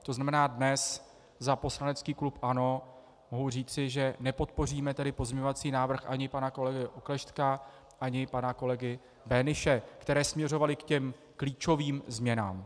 To znamená, dnes za poslanecký klub ANO mohu říci, že nepodpoříme pozměňovací návrh ani pana kolegy Oklešťka ani pana kolegy Böhnische, které směřovaly k těm klíčovým změnám.